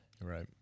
Right